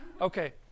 Okay